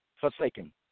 Forsaken